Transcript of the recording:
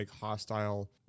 hostile